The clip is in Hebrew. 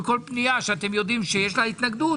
בכל פנייה שאתם יודעים שיש לה התנגדות